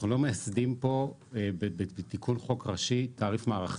אנחנו לא מייסדים בתיקון חוק ראשי תעריף מערכתי.